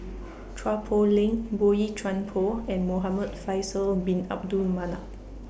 Chua Poh Leng Boey Chuan Poh and Muhamad Faisal Bin Abdul Manap